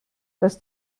dass